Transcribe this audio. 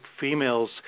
females